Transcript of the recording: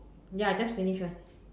ya I just finish one